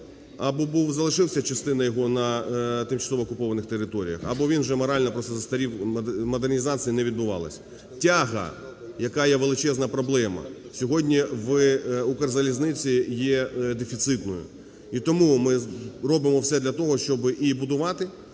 і залишився – частина його – на тимчасово-окупованих територіях, або він вже морально просто застарів, модернізації не відбувалось. Тяга, яка є величезна проблема, сьогодні в "Укрзалізниці" є дефіцитною. І тому ми робимо все для того, щоб і будувати,